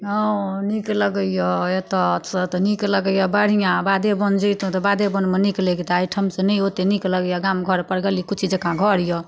हँ नीक लगैय एतऽसँ तऽ नीक लगैये बढ़िआँ बाधे वन जैतहुँ तऽ बाधे वनमे नीक लगीतियै अइठमसँ नहि ओते नीक लगैया गाँम घरपर गली कुची जकाँ घर यऽ